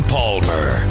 Palmer